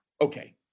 okay